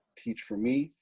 teach for me.